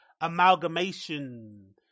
amalgamation